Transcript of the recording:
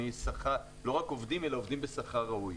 אנחנו רוצים לא רק עובדים אלא עובדים בשכר ראוי.